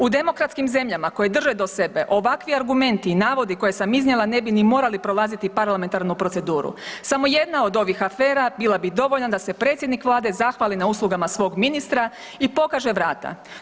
U demokratskim zemljama koje drže do sebe ovakvi argumenti i navodi koje sam iznijela ne bi ni morali prolaziti parlamentarnu proceduru, samo jedna od ovih afera bila bi dovoljna da se predsjednik Vlade zahvali na uslugama svog ministra i pokaže vrata.